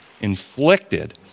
inflicted